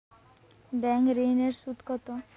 Bank ঋন এর সুদ কত?